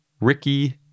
Ricky